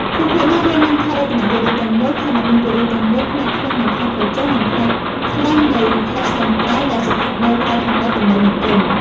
ភូមិភាគនេះ រួមមាន ខេត្តរតនគិរីទាំងមូល ខេត្តមណ្ឌលគីរីទាំងមូល ផ្នែកខ្លះនៃខេត្តក្រចេះ និងផ្នែកខ្លះនៃខេត្តស្ទឹងត្រែង ដែលស្ថិតនៅ ត្រើយខាងលិចទន្លេមេគង្គ។